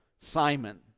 Simon